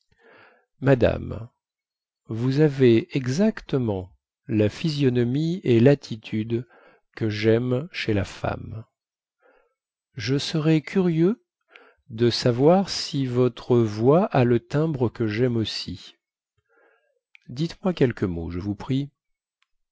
madame vous avez exactement la physionomie et lattitude que jaime chez la femme je serais curieux de savoir si votre voix a le timbre que jaime aussi dites-moi quelques mots je vous prie